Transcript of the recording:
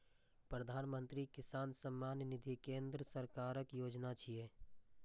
प्रधानमंत्री किसान सम्मान निधि केंद्र सरकारक योजना छियै